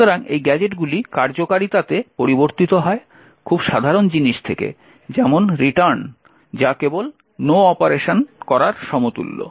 সুতরাং এই গ্যাজেটগুলি কার্যকারিতাতে পরিবর্তিত হয় খুব সাধারণ জিনিস থেকে যেমন রিটার্ন যা কেবল নো অপারেশন করার সমতুল্য